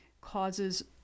causes